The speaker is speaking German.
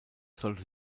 sollte